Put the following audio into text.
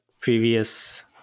previous